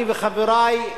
אני וחברי,